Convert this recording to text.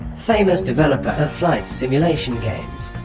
famous developer of flight simulation games